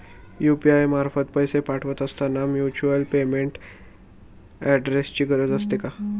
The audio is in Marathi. यु.पी.आय मार्फत पैसे पाठवत असताना व्हर्च्युअल पेमेंट ऍड्रेसची गरज असते का?